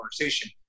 conversation